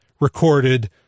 recorded